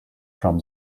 from